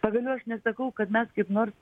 pagaliau aš nesakau kad mes kaip nors